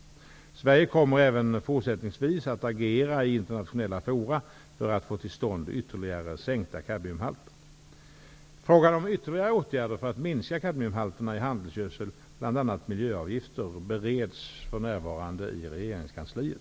Sverige kommer även fortsättningvis att agera i internationella fora för att få till stånd ytterligare sänkta kadmiumhalter. miljöavgifter, bereds för närvarande i regeringskansliet.